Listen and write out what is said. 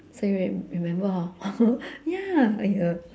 so you re~ remember hor ya !aiyo!